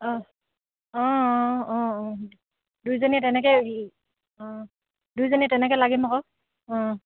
অঁ অঁ অঁ অঁ অঁ দুইজনীয়ে তেনেকে অঁ দুইজনী তেনেকে লাগিম আকৌ অঁ